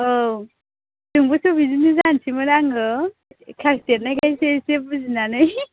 औ जोंबोसो बिदिनो जानसैमोन आङो क्लास देरनायखायसो एसे बुजिनानै